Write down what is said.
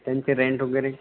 त्यांचे रेन्ट वगैरे